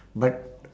but